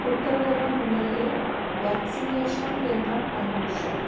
उत्तरगोवा मण्डले व्याक्सिनेषन् केन्द्रम् अन्विष